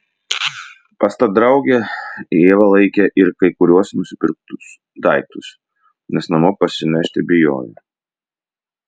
pas tą draugę ieva laikė ir kai kuriuos nusipirktus daiktus nes namo parsinešti bijojo